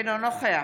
אינו נוכח